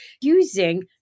using